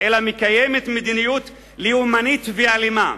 אלא מקיימת מדיניות לאומנית ואלימה.